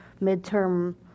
midterm